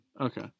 Okay